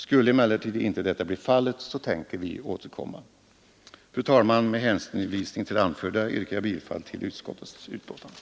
Skulle emellertid så inte bli fallet tänker vi återkomma. Fru talman! Med hänvisning till det anförda yrkar jag bifall till utskottets hemställan.